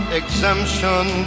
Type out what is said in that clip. exemption